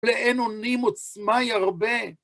לעין אונים עוצמה ירבה?